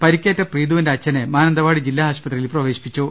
പരിക്കേറ്റ പ്രീതുവിന്റെ അച്ഛനെ മാനന്തവാടി ജില്ലാ ആശുപത്രിയിൽ പ്രവേശിപ്പിച്ചു